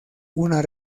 una